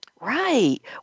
Right